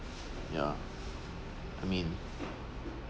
ya I mean